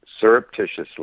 surreptitiously